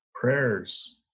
Prayers